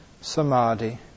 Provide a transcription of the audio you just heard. samadhi